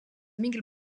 mingil